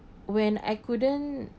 when I couldn't